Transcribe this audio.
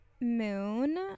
moon